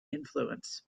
influence